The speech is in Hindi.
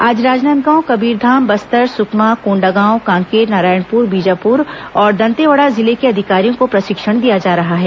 आज राजनांदगांव कबीरधाम बस्तर सुकमा कोंडागांव कांकेर नारायणपुर बीजापुर और दंतेवाड़ा जिले के अधिकारियों को प्रशिक्षण दिया जा रहा है